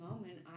Moment